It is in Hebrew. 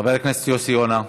חבר הכנסת יוסי יונה,